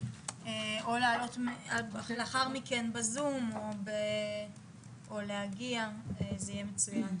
או להעלות לאחר מכן בזום, או להגיע זה יהיה מצוין.